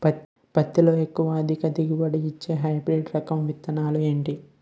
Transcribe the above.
పత్తి లో అధిక దిగుబడి నిచ్చే హైబ్రిడ్ రకం విత్తనాలు ఏంటి